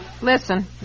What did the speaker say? Listen